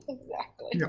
but exactly. and yeah